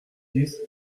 dix